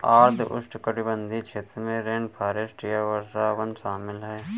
आर्द्र उष्णकटिबंधीय क्षेत्र में रेनफॉरेस्ट या वर्षावन शामिल हैं